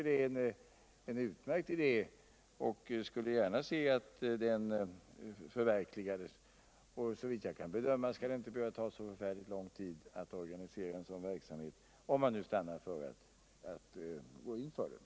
Det är en utmärkt idé, och jag skulle gärna se att den förverkligades. Såvitt jag kan bedöma skall det inte behöva ta så förfärligt lång tid att organisera en sådan verksamhet —- om man stannar för att gå in för den.